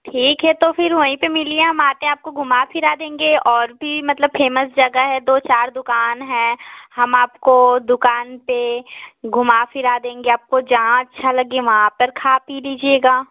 ठीक है तो फिर वहीं पर मिलिये हम आते हैं आपको घूमा फिरा देंगे और भी मतलब फेमस जगह है दो चार दुकान है हम आपको दुकान पर घूमा फिरा देंगे आपको जहाँ अच्छा लगे वहाँ पर खा पी लीजिएगा